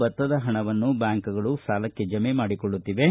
ಭತ್ತದ ಹಣವನ್ನ ಬ್ಯಾಂಕುಗಳು ಸಾಲಕ್ಕೆ ಜಮೆ ಮಾಡಿಕೊಳ್ಳುತ್ತಿವೆ